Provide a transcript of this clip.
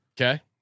Okay